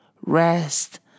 rest